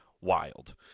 wild